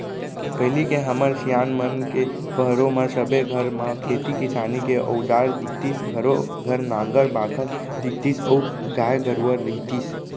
पहिली के हमर सियान मन के पहरो म सबे घर म खेती किसानी के अउजार दिखतीस घरों घर नांगर बाखर दिखतीस अउ गाय गरूवा रहितिस